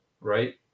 Right